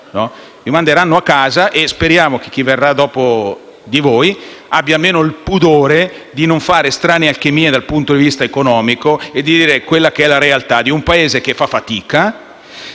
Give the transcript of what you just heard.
vi manderanno a casa e speriamo che chi verrà dopo di voi abbia almeno il pudore di non fare strane alchimie dal punto di vista economico e di raccontare la realtà di un Paese che fa grande